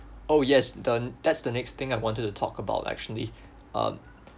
oh yes the that's the next thing I wanted to talk about actually um